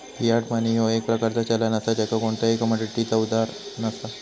Fiat money ह्यो एक प्रकारचा चलन असा ज्याका कोणताही कमोडिटीचो आधार नसा